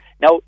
Now